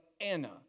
Anna